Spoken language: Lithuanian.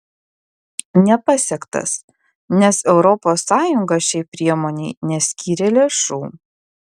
nepasiektas nes europos sąjunga šiai priemonei neskyrė lėšų